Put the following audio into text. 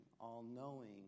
all-knowing